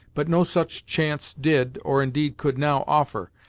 but no such chance did, or indeed could now offer,